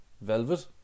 velvet